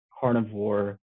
carnivore